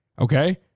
Okay